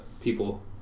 people